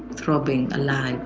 throbbing, alive